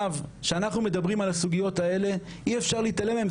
כשאנחנו מדברים על הסוגיות האלה אי אפשר להתעלם מהן.